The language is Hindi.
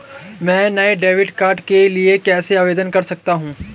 मैं नए डेबिट कार्ड के लिए कैसे आवेदन कर सकता हूँ?